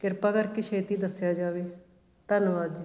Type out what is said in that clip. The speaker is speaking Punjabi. ਕਿਰਪਾ ਕਰਕੇ ਛੇਤੀ ਦੱਸਿਆ ਜਾਵੇ ਧੰਨਵਾਦ ਜੀ